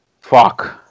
fuck